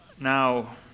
Now